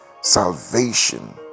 salvation